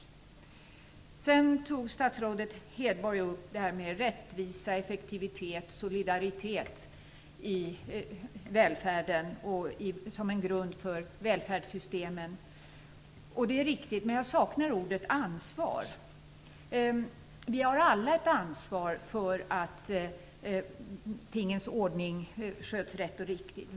Därefter tog statsrådet Hedborg upp rättvisa, effektivitet och solidaritet som en grund för välfärdssystemen. Det är riktigt, men jag saknar ordet ansvar. Vi har alla ett ansvar för tingens ordning, att saker sköts rätt och riktigt.